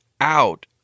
out